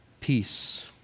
peace